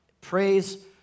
Praise